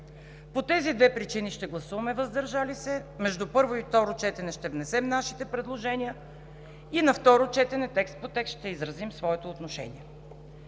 По тези две причини ще гласуваме „въздържал се“, между първо и второ четене ще внесем нашите предложения и на второ четене ще изразим своето отношение